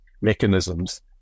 mechanisms